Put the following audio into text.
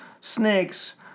snakes